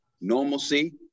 normalcy